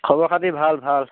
খবৰ খাতি ভাল ভাল